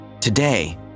Today